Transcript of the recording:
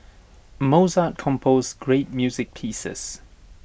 Mozart composed great music pieces